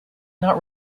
not